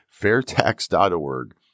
Fairtax.org